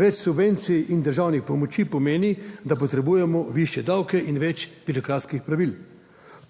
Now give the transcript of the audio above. Več subvencij in državnih pomoči pomeni, da potrebujemo višje davke in več birokratskih pravil.